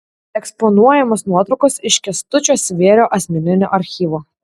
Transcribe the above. eksponuojamos nuotraukos iš kęstučio svėrio asmeninio archyvo